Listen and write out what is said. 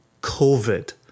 COVID